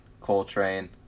coltrane